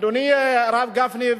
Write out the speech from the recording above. אדוני הרב גפני,